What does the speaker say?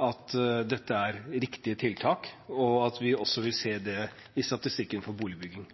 at dette er riktige tiltak, og at vi også vil se det i statistikken for boligbygging.